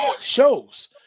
shows